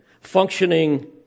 functioning